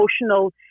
emotional